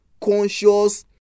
conscious